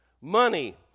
Money